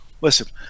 listen